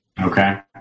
Okay